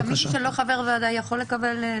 מישהו שלא חבר הוועדה יכול לקבל?